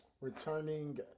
returning